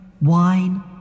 wine